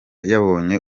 yabonye